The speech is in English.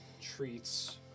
treats